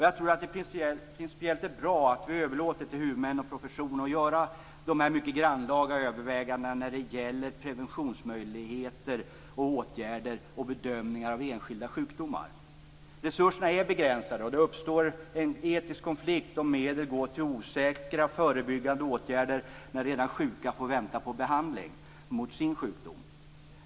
Jag tror att det principiellt är bra att vi överlåter till huvudmän och profession att göra dessa mycket grannlaga överväganden när det gäller preventionsmöjligheter och åtgärder och bedömningar av enskilda sjukdomar. Resurserna är begränsade, och det uppstår en etisk konflikt om medel går till osäkra förebyggande åtgärder när redan sjuka får vänta på behandling för sin sjukdom.